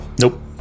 Nope